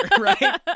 right